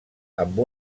amb